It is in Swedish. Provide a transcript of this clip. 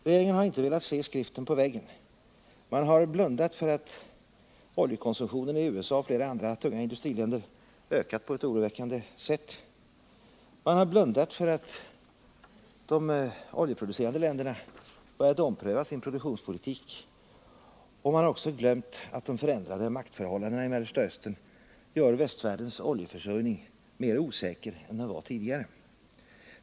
Regeringen har inte velat se skriften på väggen. Man har blundat för att oljekonsumtionen i USA och flera andra tunga industriländer ökat på ett oroväckande sätt. Man har blundat för att de oljeproducerande länderna börjat ompröva sin produktionspolitik. Man har också glömt att de förändrade maktförhållandena i Mellersta Östern gör västvärldens oljeförsörjning mer osäker än den var tidigare.